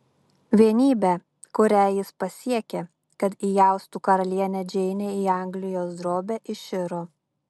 vienybė kurią jis pasiekė kad įaustų karalienę džeinę į anglijos drobę iširo